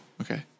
okay